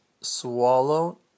swallow